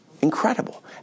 Incredible